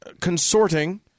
consorting